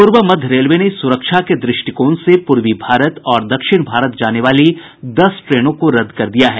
पूर्व मध्य रेलवे ने सुरक्षा के दृष्टिकोण से पूर्वी भारत और दक्षिण भारत जाने वाली दस ट्रेनों को रद्द कर दिया है